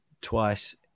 twice